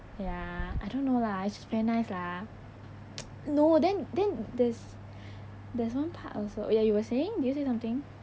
ya I don't know lah it's just very nice lah no then then there's there's one part also ya you were saying did you say something